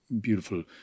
beautiful